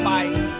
Bye